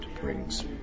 brings